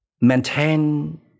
Maintain